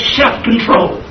self-control